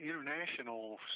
international